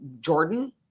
Jordan